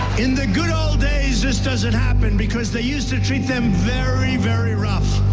in the good ol' days, this doesn't happen because they used to treat them very, very rough.